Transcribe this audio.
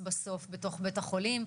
אז בואו נכניס שוטרים לכל בתי החולים,